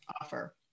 offer